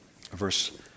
verse